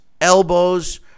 elbows